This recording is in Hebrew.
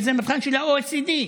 וזה מבחן של ה-OECD,